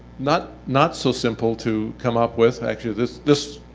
not not so simple to come up with. actually, this this